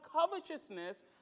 covetousness